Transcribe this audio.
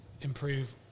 Improve